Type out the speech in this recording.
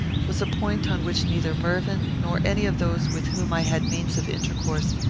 was a point on which neither mervyn, nor any of those with whom i had means of intercourse,